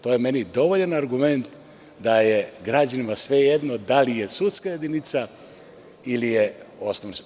To je meni dovoljan argument da je građanima svejedno da li je sudska jedinica ili je osnovni sud.